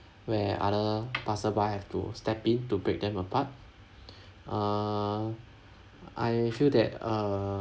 where other passerby have to step in to break them apart uh I feel that uh